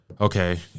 okay